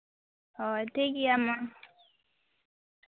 ᱦᱳᱭ ᱴᱷᱤᱠ ᱜᱮᱭᱟ ᱢᱟ